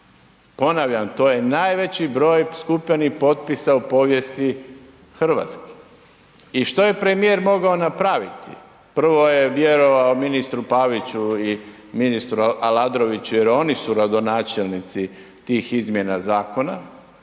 ponavljam, to je najveći broj skupljenih potpisa u povijesti Hrvatske i što je premijer mogao napraviti, prvo je vjerovao ministru Paviću i ministru Aladroviću jer oni su rodonačelnici tih izmjena zakona